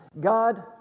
God